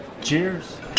Cheers